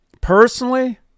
personally